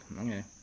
okay